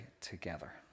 together